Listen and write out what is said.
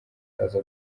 aza